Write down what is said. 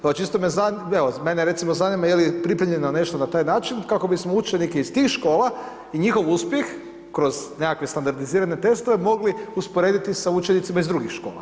Pa čisto me zanima, evo mene recimo zanima je li pripremljeno nešto na taj način kako bismo učenike iz tih škola i njihov uspjeh kroz nekakve standardizirane testove mogli usporediti sa učenicima iz drugih škola.